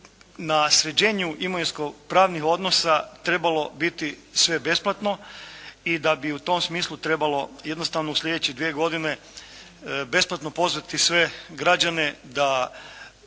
na sređenju imovinskopravnih odnosa trebalo biti sve besplatno i da bi u tom smislu trebalo jednostavno u sljedeće 2 godine besplatno pozvati sve građane da,